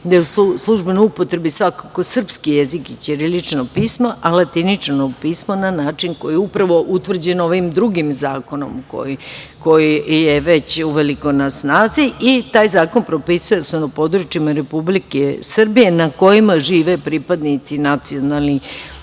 da je u službenoj upotrebi svakako srpski jezik i ćirilično pismo, a latinično pismo na način koji je upravo utvrđen ovim drugim zakonom koji je već uveliko na snazi. Taj zakon propisuje da su na područjima Republike Srbije na kojima žive pripadnici nacionalnih